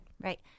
Right